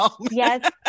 Yes